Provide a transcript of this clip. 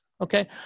okay